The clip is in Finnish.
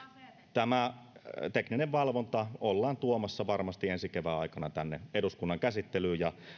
tämä tekninen valvonta ollaan tuomassa varmasti ensi kevään aikana tänne eduskunnan käsittelyyn ja